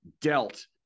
dealt